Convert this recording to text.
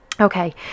okay